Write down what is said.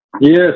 Yes